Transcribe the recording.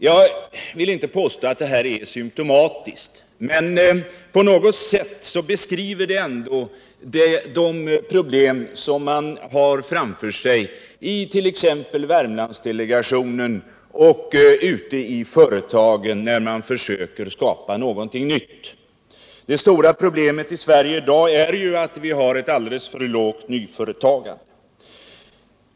Jag vill inte påstå att det här är symtomatiskt, men på något sätt beskriver det ändå de problem man har att arbeta med i t.ex. Värmlandsdelegationen och i företagen, när man försöker skapa någonting nytt. Det stora problemet i Sverige i dag är ju också att vi har ett alldeles för lågt nyföretagande.